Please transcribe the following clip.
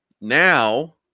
now